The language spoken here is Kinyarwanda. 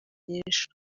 nyinshi